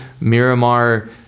Miramar